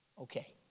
Okay